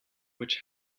which